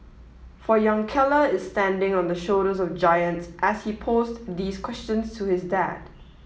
for young Keller is standing on the shoulders of giants as he posed these questions to his dad